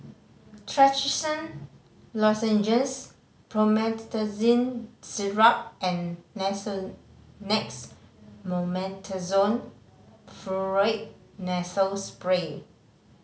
Trachisan Lozenges Promethazine Syrup and Nasonex Mometasone Furoate Nasal Spray